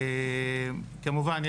כמובן,